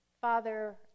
Father